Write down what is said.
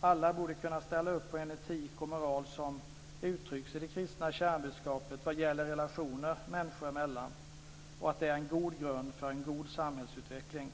Alla borde kunna ställa upp på den etik och moral som uttrycks i det kristna kärnbudskapet vad gäller relationer människor emellan och att det är en god grund för en god samhällsutveckling.